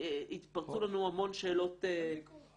התפרצו לנו המון שאלות לא ברורות.